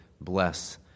bless